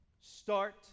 start